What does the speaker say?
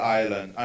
island